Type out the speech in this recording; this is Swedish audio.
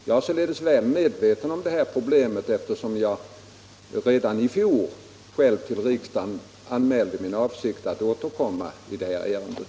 Jag är således väl medveten om problemen eftersom jag själv redan i fjol till riksdagen anmälde min avsikt att återkomma i ärendet.